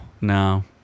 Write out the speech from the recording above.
no